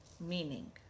meaning